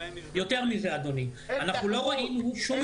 יותר מזה אדוני, אנחנו לא ראינו שום